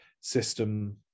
system